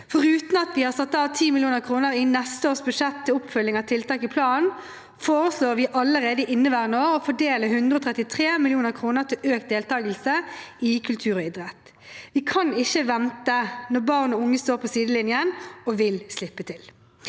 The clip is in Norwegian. Foruten at vi har satt av 10 mill. kr i neste års budsjett til oppfølging av tiltak i planen, foreslår vi allerede i inneværende år å fordele 133 mill. kr til økt deltakelse i kultur og idrett. Vi kan ikke vente når barn og unge står på sidelinjen og vil slippe til.